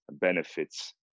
benefits